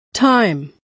Time